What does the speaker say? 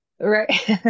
right